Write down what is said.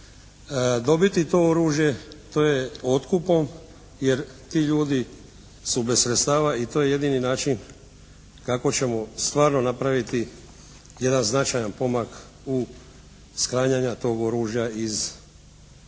dobiti to oružje, to je otkupom jer ti ljudi su bez sredstava i to je jedini način kako ćemo stvarno napraviti jedan značajan pomak u sklanjanja tog oružja iz raznih